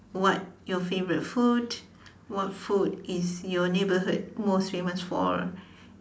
what your favourite food what food is your neighbourhood most famous for